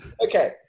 Okay